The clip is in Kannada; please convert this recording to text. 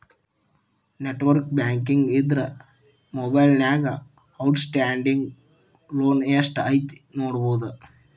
ನೆಟ್ವರ್ಕ್ ಬ್ಯಾಂಕಿಂಗ್ ಇದ್ರ ಮೊಬೈಲ್ನ್ಯಾಗ ಔಟ್ಸ್ಟ್ಯಾಂಡಿಂಗ್ ಲೋನ್ ಎಷ್ಟ್ ಐತಿ ನೋಡಬೋದು